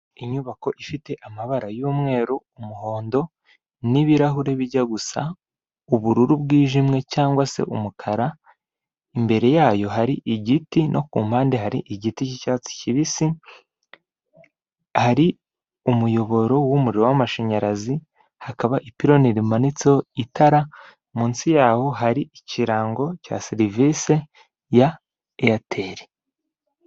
Inyubako ifite amabara: y'umweru, umuhondo n'ibirahure bijya gusa ubururu bwijimye cyangwa se umukara; imbere yayo hari igiti no ku mpande hari igiti cy'icyatsi kibisi, hari umuyoboro w'umuriro w'amashanyarazi, hakaba ipironi rimanitseho itara, munsi yaho hari ikirango cya serivisi ya eyateri.